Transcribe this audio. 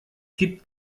gibt